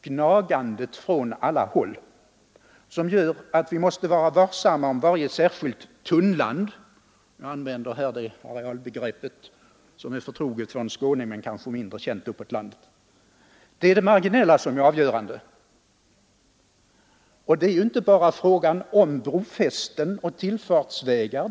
gnagandet från alla håll, gör att vi måste vara varsamma om varje särskilt tunnland — jag använder här det arealbegreppet, som är förtroget från Skåne, men kanske mindre känt uppåt landet. Det är det marginella som är avgörande. Det är ju här inte bara fråga om brofästen och tillfartsvägar.